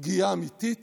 פגיעה אמיתית